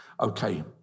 Okay